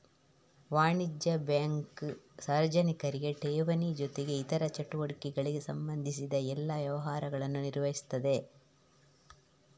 ವಾಣಿಜ್ಯ ಬ್ಯಾಂಕು ಸಾರ್ವಜನಿಕರಿಗೆ ಠೇವಣಿ ಜೊತೆಗೆ ಇತರ ಚಟುವಟಿಕೆಗಳಿಗೆ ಸಂಬಂಧಿಸಿದ ಎಲ್ಲಾ ವ್ಯವಹಾರಗಳನ್ನ ನಿರ್ವಹಿಸ್ತದೆ